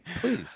please